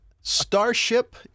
Starship